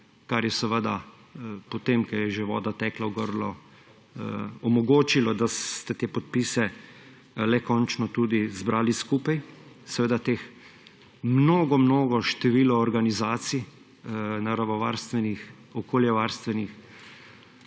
kar je seveda, potem ko je že voda tekla v grlo, omogočilo, da ste te podpise le končno tudi zbrali skupaj; seveda teh mnogo mnogo število organizacij, naravovarstvenih, okoljevarstvenih.